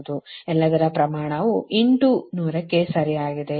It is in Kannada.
ಎಲ್ಲದರ ಪ್ರಮಾಣವು ಇಂಟು 100ಕ್ಕೆ ಸರಿಯಾಗಿದೆ